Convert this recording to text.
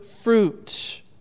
fruit